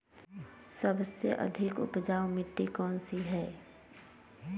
सबसे अधिक उपजाऊ मिट्टी कौन सी हैं?